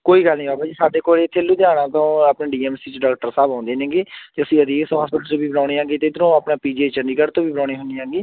ਕੋਈ ਗੱਲ ਨਹੀਂ ਬਾਬਾ ਜੀ ਸਾਡੇ ਕੋਲ ਇੱਥੇ ਲੁਧਿਆਣਾ ਤੋਂ ਆਪਣੇ ਡੀ ਐੱਮ ਸੀ 'ਚ ਡਾਕਟਰ ਸਾਹਿਬ ਆਉਂਦੇ ਨੇ ਗੇ ਅਤੇ ਅਸੀਂ ਆਦੇਸ਼ ਹੌਸਪੀਟਲ ਤੋਂ ਵੀ ਬੁਲਾਉਂਦੇ ਐਂਗੇ ਅਤੇ ਇੱਧਰੋਂ ਆਪਣਾ ਪੀ ਜੀ ਆਈ ਚੰਡੀਗੜ੍ਹ ਤੋਂ ਵੀ ਬੁਲਾਉਂਦੇ ਹਾਂਜੀ ਹਾਂਜੀ